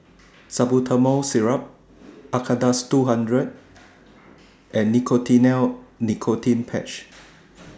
Salbutamol Syrup Acardust two hundred and Nicotinell Nicotine Patch